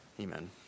Amen